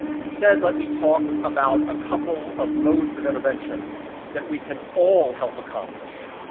instead, let me talk about a couple of modes of intervention that we can all help accomplish,